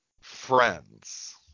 friends